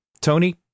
tony